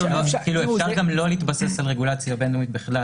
אפשר גם לא להתבסס על רגולציה בין-לאומית בכלל.